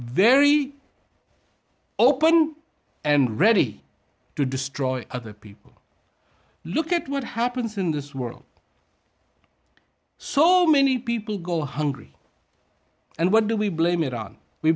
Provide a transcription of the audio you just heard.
very open and ready to destroy other people look at what happens in this world so many people go hungry and what do we blame it on we